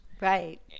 Right